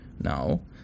now